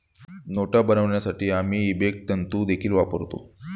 नोटा बनवण्यासाठी आम्ही इबेक तंतु देखील वापरतो